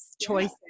choices